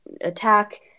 attack